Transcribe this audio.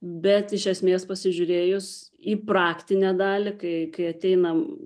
bet iš esmės pasižiūrėjus į praktinę dalį kai kai ateinam